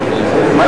בלשים?